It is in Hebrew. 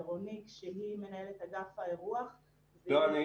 ורוניק --- לא,